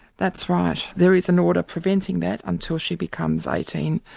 that's right. there is an order preventing that until she becomes eighteen,